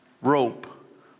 rope